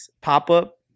pop-up